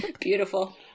Beautiful